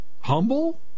Humble